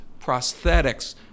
prosthetics